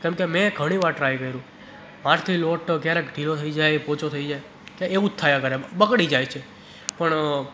કેમ કે મેં ઘણીવાર ટ્રાય કર્યું મારાથી લોટ ક્યારેક ઢીલો થઇ જાય પોચો થઇ જાય એવું જ થયા કરે બગડી જાય છે પણ